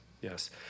Yes